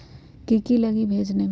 की की लगी भेजने में?